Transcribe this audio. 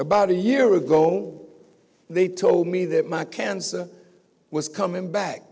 about a year ago they told me that my cancer was coming back